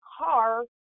car